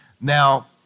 now